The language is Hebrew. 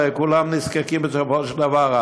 הרי כולם נזקקים בסופו של דבר,